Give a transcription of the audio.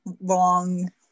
long